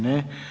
Ne.